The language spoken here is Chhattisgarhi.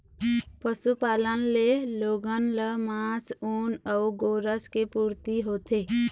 पशुपालन ले लोगन ल मांस, ऊन अउ गोरस के पूरती होथे